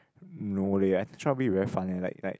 no leh actually rugby trouble very fun eh like like